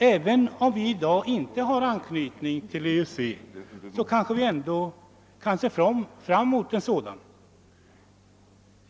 Även om vi i dag inte har anknytning till EEC, kan vi kanske se fram emot en sådan.